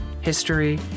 history